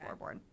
floorboard